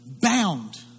bound